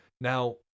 Now